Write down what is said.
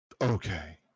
Okay